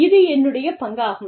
இது என்னுடைய பங்காகும்